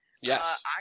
Yes